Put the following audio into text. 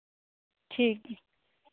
ᱴᱷᱤᱠ ᱜᱮᱭᱟ